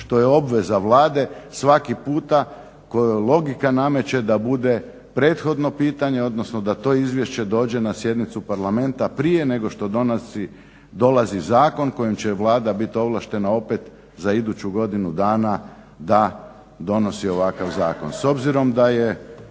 što je obveza Vlade svaki puta, kojoj logika nameće da bude prethodno pitanje, odnosno da to izvješće dođe na sjednicu Parlamenta prije nego što dolazi zakon kojim će Vlada bit ovlaštena opet za iduću godinu dana da donosi ovakav zakon. S obzirom da je